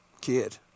kid